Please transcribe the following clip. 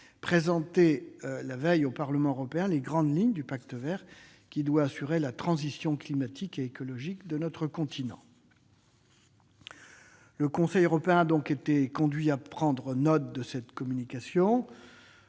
présenté la veille au Parlement européen les grandes lignes du Pacte vert qui doit permettre d'assurer la transition climatique et écologique de notre continent. Le Conseil européen a donc été conduit à prendre note de cette communication.